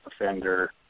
offender